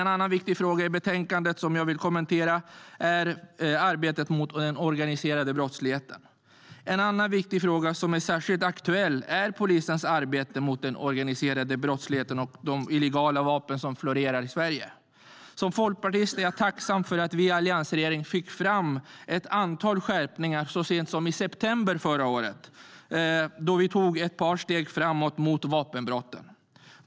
En annan viktig fråga i betänkandet, som är särskilt aktuell och som jag vill kommentera, gäller polisens arbete mot den organiserade brottsligheten och de illegala vapen som florerar i Sverige.Som folkpartist är jag tacksam för att alliansregeringen gjorde ett antal skärpningar så sent som i september förra året då vi tog ett par steg framåt i arbetet mot vapenbrotten.